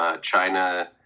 China